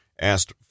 asked